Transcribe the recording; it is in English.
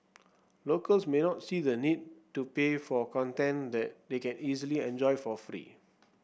locals may not see the need to pay for content that they can easily enjoy for free